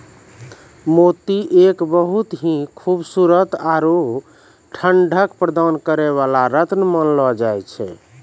मोती एक बहुत हीं खूबसूरत आरो ठंडक प्रदान करै वाला रत्न मानलो जाय छै